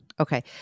Okay